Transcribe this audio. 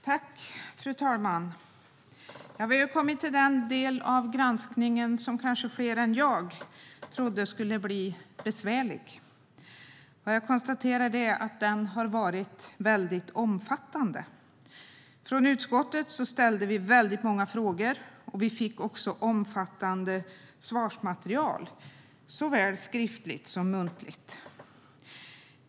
Fru talman! Vi har kommit till den del av granskningen som kanske fler än jag trodde skulle bli besvärlig. Jag konstaterar att den har varit omfattande. Utskottet ställde många frågor. Vi fick också omfattande svarsmaterial, såväl skriftligt som muntligt.